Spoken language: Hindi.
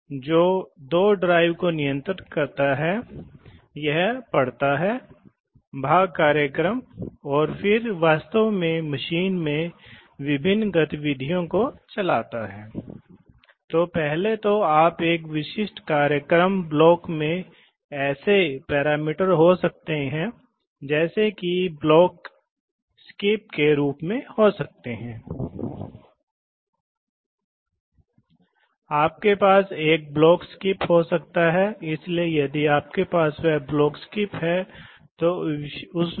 तो आप जानते हैं कि न्यूमेटिक्स लॉजिक नहीं सिर्फ एक पल ठीक है इसलिए हम वापस आ गए हैं इसलिए न्यूमेटिक्स लॉजिक का अर्थ है कि हम मूल रूप से महसूस करने की कोशिश कर रहे हैं आप जानते हैं किसी प्रकार के डिजिटल लॉजिक को इसलिए हमें आवश्यकता है आप तत्वों को जानते हैं जैसे कि ओर हमें AND एंड जैसे तत्वों की आवश्यकता है इसलिए उदाहरण के लिए यदि आपके पास हमारे पास या लॉजिक हो सकते हैं तो सिस्टम में हवा के प्रवाह के लिए या तो अंत में दबाव की आवश्यकता होगी पायलट दबाव इसी तरह अगर आपके पास एक लॉजिक है तो आपको पायलट दबाव की आवश्यकता होगी कि दोनों छोरों पर एक साथ लागू किया जा सके हवा का प्रवाह जुड़ा होना चाहिए पंप के लिए लोड से जुड़ा होना चाहिए